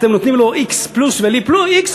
אתם נותנים לו x פלוס ולי x,